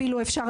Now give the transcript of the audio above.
אפילו,